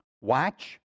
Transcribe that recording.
watch